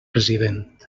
president